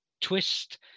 twist